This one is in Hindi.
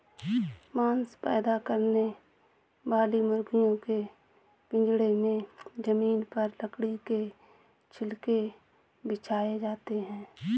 मांस पैदा करने वाली मुर्गियों के पिजड़े में जमीन पर लकड़ी के छिलके बिछाए जाते है